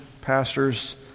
pastors